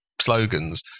slogans